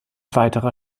weiterer